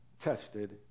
tested